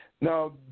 Now